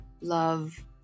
love